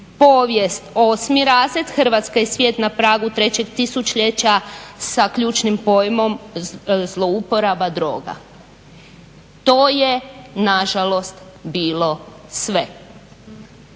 povijest osmi razred Hrvatska i svijet na pragu trećeg tisućljeća sa ključnim pojmom zlouporaba droga. To je na žalost bilo sve.